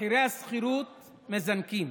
מחירי השכירות מזנקים,